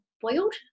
boiled